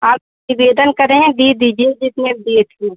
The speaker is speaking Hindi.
आप निवेदन कर रहे हैं दे दीजिए जितने पर दिए थीं